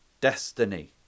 Destiny